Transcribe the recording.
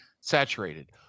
saturated